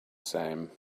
same